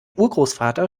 urgroßvater